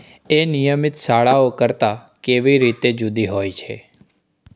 એ નિયમિત શાળાઓ કરતાં કેવી રીતે જુદી હોય છે